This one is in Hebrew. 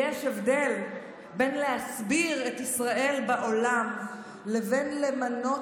יש הבדל בין להסביר את ישראל בעולם לבין למנות